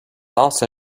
also